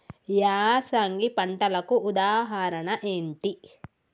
యాసంగి పంటలకు ఉదాహరణ ఏంటి?